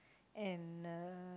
and uh